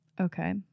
Okay